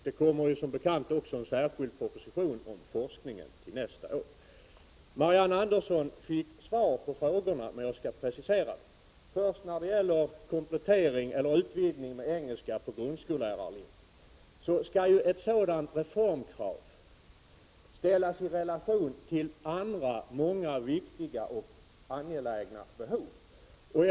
Det kommer som bekant också en särskild proposition om forskningen nästa år. Marianne Andersson fick visst svar på frågorna, men jag skall väl precisera dem, först när det gäller utvidgning med engelska på grundskollärarlinjen. Ett sådant reformkrav skall ju ställas i relation till många andra angelägna behov.